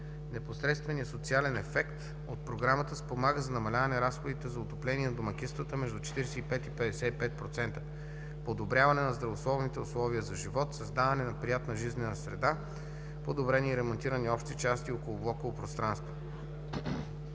Непосредственият социален ефект от Програмата спомага за намаляване разходите за отопление на домакинствата между 45-55%, подобряване на здравословните условия за живот, създаване на приятна жизнена среда (подобрени и ремонтирани общи части и околоблоково пространство).